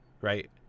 right